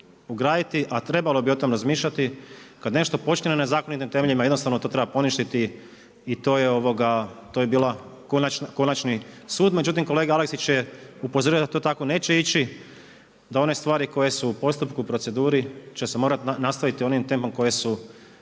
a trebalo bi o tom razmišljati kad nešto počiva na nezakonitim temeljima jednostavno to treba poništiti i to bi bio konačni sud. Međutim, kolega Aleksić je upozorio da to tako neće ići, da one stvari koje su u postupku, u proceduri će se morati nastaviti onim tempom kojim su